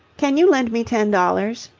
can you lend me ten dollars?